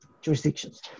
jurisdictions